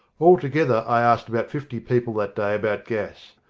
altogether i asked about fifty people that day about gas,